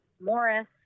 Morris